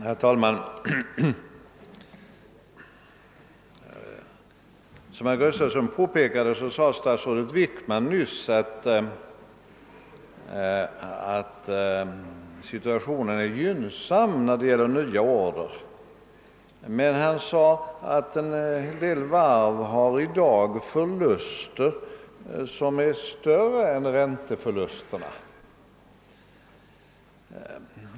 Herr talman! Som herr Gustafson i Göteborg påpekade sade «statsrådet Wickman nyss att situationen är gynnsam när det gäller nya order, men en del varv har i dag förluster som är större än ränteförlusterna.